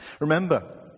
Remember